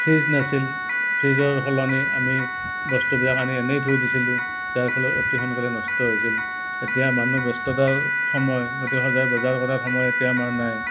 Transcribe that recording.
fridge নাছিল ফ্ৰিজৰ সলনি আমি বস্তুবিলাক আনি এনেই থৈ দিছিলোঁ যাৰ ফলত অতি সোনকালে নষ্ট হৈছিল এতিয়া মানুহ ব্যস্ততাৰ সময় গতিকে সদায় বজাৰ কৰাৰ সময় এতিয়া আমাৰ নাই